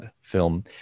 film